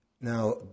Now